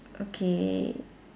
okay